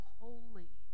holy